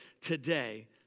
today